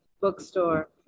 bookstore